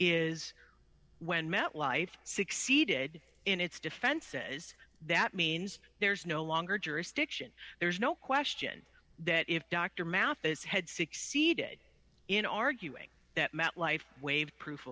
is when metlife succeeded in its defense says that means there's no longer jurisdiction there's no question that if dr mathis had succeeded in arguing that metlife waived proof